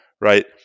right